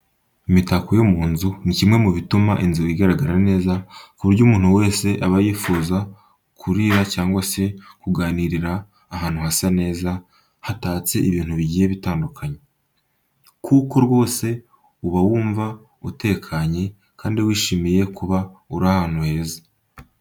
Imitako yo mu nzu ni kimwe mu bituma inzu igaragara neza ku buryo umuntu wese aba yifuza kurira cyangwa se kuganirira ahantu hasa neza hatatse ibintu bigiye biyandukanye, kuko rwose uba wumva utekanye kandi wishimiye kuba uri ahantu heza.